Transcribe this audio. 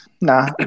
Nah